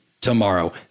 tomorrow